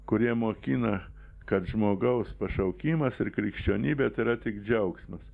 kurie mokina kad žmogaus pašaukimas ir krikščionybė tai yra tik džiaugsmas